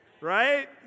Right